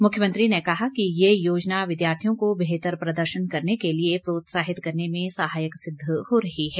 मुख्यमंत्री ने कहा कि ये योजना विद्यार्थियों को बेहतर प्रदर्शन करने के लिए प्रोत्साहित करने में सहायक सिद्ध हो रही है